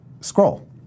scroll